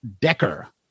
Decker